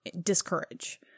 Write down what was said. discourage